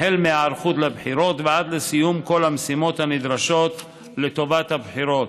החל מהיערכות לבחירות ועד לסיום כל המשימות הנדרשות לטובת הבחירות.